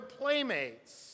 playmates